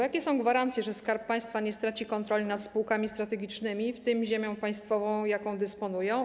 Jakie są gwarancje, że Skarb Państwa nie straci kontroli nad spółkami strategicznymi, w tym ziemią państwową, jaką dysponują?